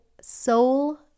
soul